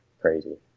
crazy